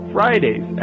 Fridays